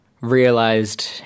realized